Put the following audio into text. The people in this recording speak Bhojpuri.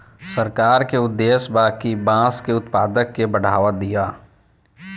सरकार के उद्देश्य बा कि बांस के उत्पाद के बढ़ावा दियाव